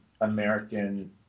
American